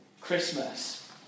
Christmas